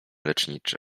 leczniczy